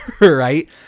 right